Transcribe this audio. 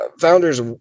founders